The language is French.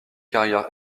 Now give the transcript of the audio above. carrière